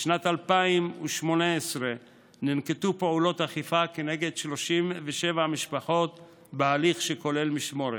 בשנת 2018 ננקטו פעולות אכיפה כנגד 37 משפחות בהליך שכולל משמורת,